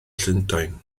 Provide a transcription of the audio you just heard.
llundain